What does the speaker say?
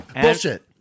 Bullshit